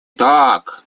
так